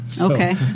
Okay